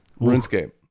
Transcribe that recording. runescape